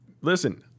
Listen